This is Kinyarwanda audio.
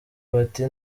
bati